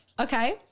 okay